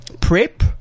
PrEP